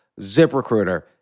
ZipRecruiter